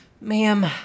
Ma'am